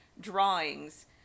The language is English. drawings